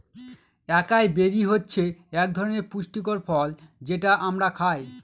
একাই বেরি হচ্ছে এক ধরনের পুষ্টিকর ফল যেটা আমরা খায়